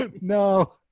No